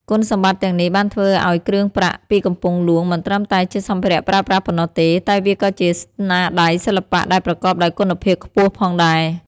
គុណសម្បត្តិទាំងនេះបានធ្វើឱ្យគ្រឿងប្រាក់ពីកំពង់ហ្លួងមិនត្រឹមតែជាសម្ភារៈប្រើប្រាស់ប៉ុណ្ណោះទេ តែវាក៏ជាស្នាដៃសិល្បៈដែលប្រកបដោយគុណភាពខ្ពស់ផងដែរ។